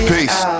Peace